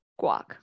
guac